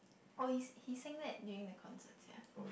oh he s~ he sang that during the concert sia